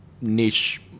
niche